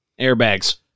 airbags